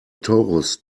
torus